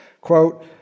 Quote